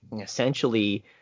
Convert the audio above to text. essentially